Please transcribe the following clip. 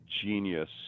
genius